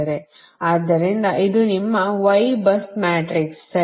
ಆದ್ದರಿಂದ ಇದು ನಿಮ್ಮ Y bus ಮ್ಯಾಟ್ರಿಕ್ಸ್ ಸರಿನಾ